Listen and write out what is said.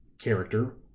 character